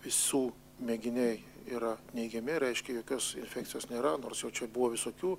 visų mėginiai yra neigiami reiškia jokios infekcijos nėra nors jau čia buvo visokių